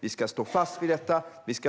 Vi ska stå fast vid detta,